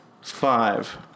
Five